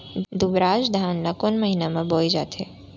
दुबराज धान ला कोन महीना में बोये जाथे?